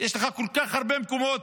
יש לך כל כך הרבה מקומות